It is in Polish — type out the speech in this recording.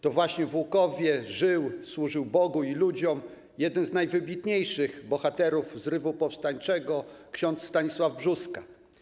To właśnie w Łukowie żył, służył Bogu i ludziom jeden z najwybitniejszych bohaterów zrywu powstańczego - ks. Stanisław Brzóska.